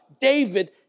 David